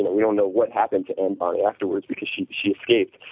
we don't know what happened to anne bonny afterwards because she she escaped.